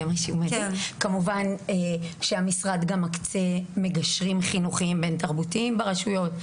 כמובן המשרד גם מקצה מגשרים חינוכיים בין תרבותיים ברשויות.